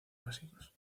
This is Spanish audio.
básicos